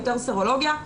יותר סרולוגיה,